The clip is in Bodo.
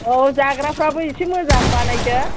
औ जाग्राफ्राबो एसे मोजां बानायदो